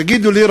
תגידו לי,